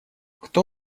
кто